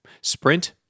Sprint